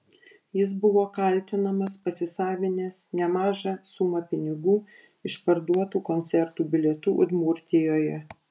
jis buvo kaltinamas pasisavinęs nemažą sumą pinigų iš parduotų koncertų bilietų udmurtijoje